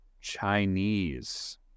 Chinese